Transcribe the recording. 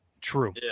True